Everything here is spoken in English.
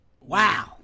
Wow